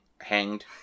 hanged